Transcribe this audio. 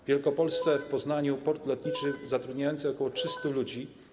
W Wielkopolsce, w Poznaniu jest port lotniczy zatrudniający ok. 300 ludzi.